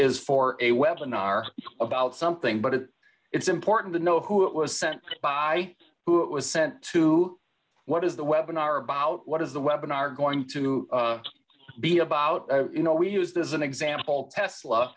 is for a weapon are about something but it it's important to know who it was sent by who it was sent to what is the weapon are about what is the weapon are going to be about you know we used as an example tesla